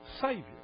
Savior